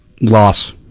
Loss